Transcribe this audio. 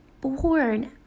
born